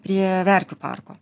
prie verkių parko